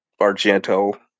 Argento